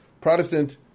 Protestant